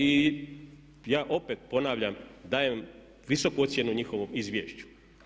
I ja opet ponavljam, dajem visoku ocjenu njihovom izvješću.